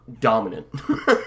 Dominant